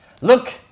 Look